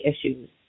issues